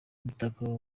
imitako